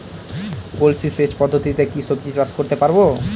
কলসি সেচ পদ্ধতিতে কি সবজি চাষ করতে পারব?